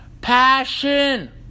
Passion